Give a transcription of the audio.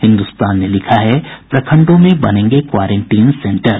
हिन्दुस्तान ने लिखा है प्रखंडों में बनेंगे क्वारेंटीन सेन्टर